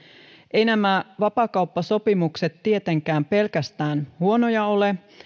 eivät nämä vapaakauppasopimukset tietenkään pelkästään huonoja ole